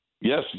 Yes